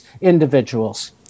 individuals